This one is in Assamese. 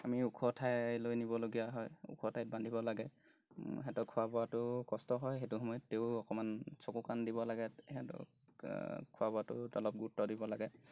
আমি ওখ ঠাই লৈ নিবলগীয়া হয় ওখ ঠাইত বান্ধিব লাগে সিহঁতক খোৱা বোৱাটো কষ্ট হয় সেইটো সময়ত তেও অকণমান চকু কাণ দিব লাগে সিহঁতক খোৱা বোৱাটো অলপ গুৰুত্ব দিব লাগে